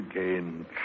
again